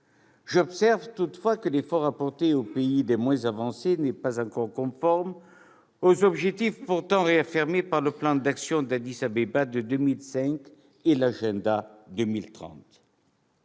J'observe toutefois que l'effort apporté aux pays les moins avancés n'est pas encore conforme aux objectifs pourtant réaffirmés par le plan d'action d'Addis-Abeba de 2015 et par l'Agenda 2030.